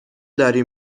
داری